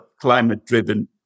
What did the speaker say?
climate-driven